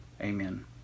Amen